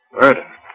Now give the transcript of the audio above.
Murder